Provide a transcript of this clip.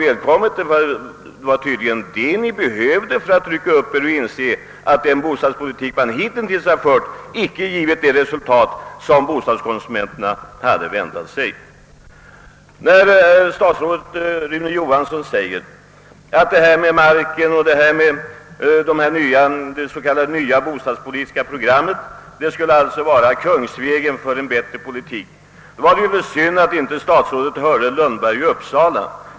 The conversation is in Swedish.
Det var tydligen välbehövligt ty den bostadspolitik som hittills förts har inte gett det resultat som bostadskonsumenterna väntat sig. Statsrådet Rune Johansson säger, att en ny markpolitik och det s.k. nya bostadspolitiska programmet skulle vara kungsvägen till en bättre politik över huvud taget. Det var synd, att statsrådet inte hörde herr Lundberg i Uppsala.